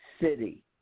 City